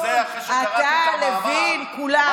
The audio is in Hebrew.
כולכם תאבי שלטון, אתה, לוין, כולם.